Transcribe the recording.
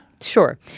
Sure